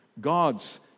God's